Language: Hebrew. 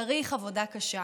צריך עבודה קשה.